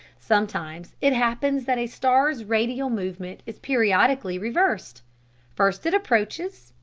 sometimes it happens that a star's radial movement is periodically reversed first it approaches,